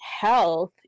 health